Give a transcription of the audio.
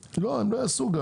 הם לא עשו את זה,